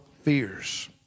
fears